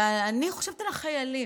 אני חושבת על החיילים,